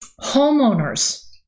homeowners